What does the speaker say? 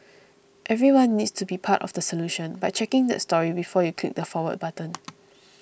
everyone needs to be part of the solution by checking that story before you click the Forward button